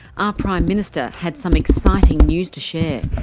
our prime minister had some exciting news to share.